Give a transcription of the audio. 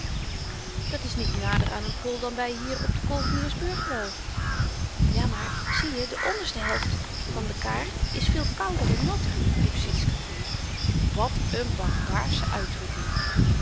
dat is niet nader aan n pool dan wy hier op den kolveniers burgwal ja maar zieje de onderste helft van de kaart is veel kouder en natter riep sietske wat n barbaarsche uitdrukking